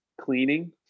cleaning